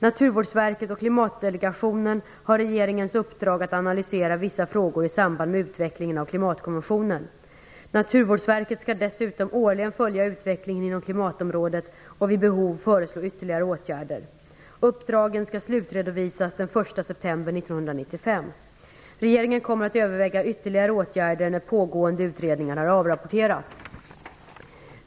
Naturvårdsverket och Klimatdelegationen har regeringens uppdrag att analysera vissa frågor i samband med utvecklingen av klimatkonventionen. Naturvårdsverket skall dessutom årligen följa utvecklingen inom klimatområdet och vid behov föreslå ytterligare åtgärder. Uppdragen skall slutredovisas den 1 september 1995. Regeringen kommer att överväga ytterligare åtgärder när pågående utredningar har avrapporterats.